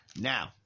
Now